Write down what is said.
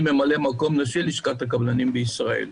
אני ממלא מקום נשיא לשכת הקבלנים בישראל.